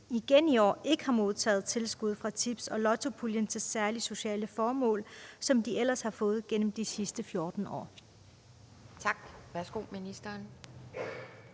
igen i år ikke har modtaget tilskud fra Tips- og Lottopuljen til særlige sociale formål, som de ellers har fået gennem de sidste 14 år? Kl. 13:27 Formanden